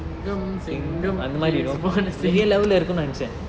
singram singram he is born a sing~